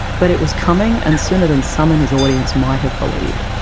but it was coming and sooner than some in his audience might have believed.